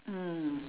mm